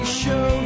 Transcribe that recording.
show